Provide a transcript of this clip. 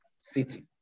city